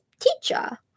teacher